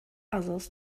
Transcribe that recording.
others